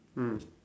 mm